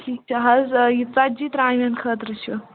ٹھیٖک چھِ حظ یہِ ژتجی ترٛامٮ۪ن خٲطرٕ چھِ